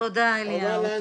תודה, אליהו.